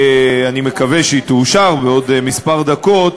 אני מקווה שהיא תאושר בעוד כמה דקות,